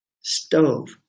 stove